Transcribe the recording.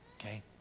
Okay